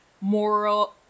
moral